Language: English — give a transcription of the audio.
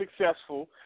successful